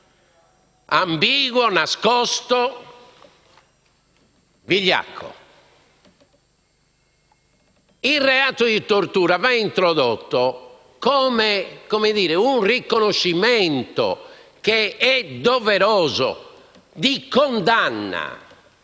ambiguo, nascosto e vigliacco. Il reato di tortura va introdotto come riconoscimento doveroso e come